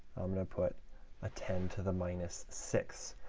i'm going to put a ten to the minus six.